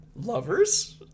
Lovers